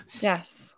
Yes